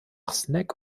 snack